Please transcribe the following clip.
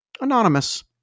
anonymous